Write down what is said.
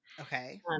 Okay